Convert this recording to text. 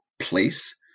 place